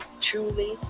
truly